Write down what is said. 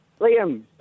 Liam